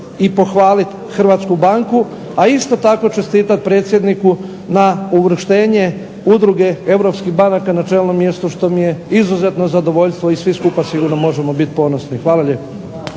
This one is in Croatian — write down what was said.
i pohvaliti hrvatsku banku, a isto tako čestitati predsjedniku na uvrštenje udruge europskih banaka na čelno mjesto, što mi je izuzetno zadovoljstvo i svi skupa sigurno možemo biti ponosni. Hvala lijepo.